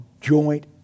joint